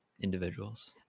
individuals